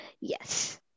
Yes